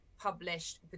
published